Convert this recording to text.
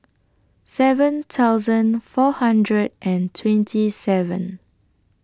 seven thousand four hundred and twenty seven